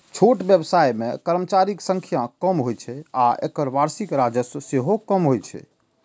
छोट व्यवसाय मे कर्मचारीक संख्या कम होइ छै आ एकर वार्षिक राजस्व सेहो कम होइ छै